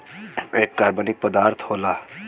एक कार्बनिक पदार्थ होला